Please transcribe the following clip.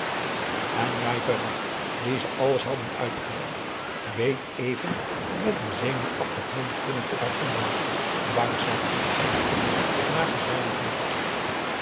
njai peraq die ze alles hadden uitgelegd beet even met een zenuwachtig mondtrillen op haar onderlip bangsat dacht ze maar ze zei het niet